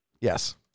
yes